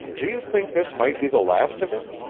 do you think this might be the last of it?